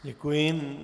Děkuji.